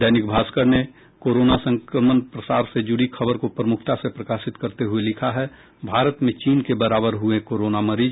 दैनिक भास्कर ने कोरोना संक्रमण प्रसार से जुड़ी खबर को प्रमुखता से प्रकाशित करते हुए लिखा है भारत में चीन के बराबर हुए कोरोना मरीज